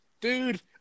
dude